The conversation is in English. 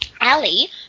Ali